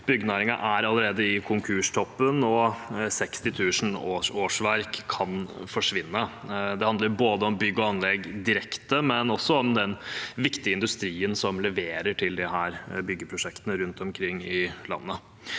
Byggenæringen er allerede på konkurstoppen, og 60 000 årsverk kan forsvinne. Det handler både om bygg og anlegg direkte og om den viktige industrien som leverer til disse byggeprosjektene rundt omkring i landet.